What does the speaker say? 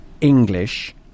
English